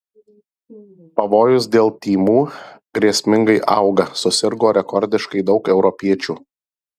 pavojus dėl tymų grėsmingai auga susirgo rekordiškai daug europiečių